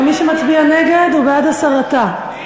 ומי שמצביע נגד הוא בעד הסרתה.